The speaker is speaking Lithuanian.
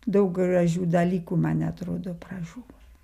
daug gražių dalykų man atrodo pražuvo